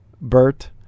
Bert